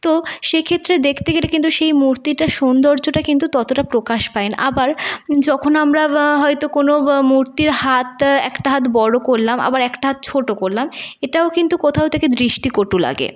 তো সেক্ষেত্রে দেখতে গেলে কিন্তু সেই মূর্তিটার সৌন্দর্যটা কিন্তু ততটা প্রকাশ পায় না আবার যখন আমরা হয়তো কোনো মূর্তির হাত একটা হাত বড় করলাম আবার একটা হাত ছোটো করলাম এটাও কিন্তু কোথাও থেকে দৃষ্টিকটু লাগে